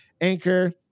Anchor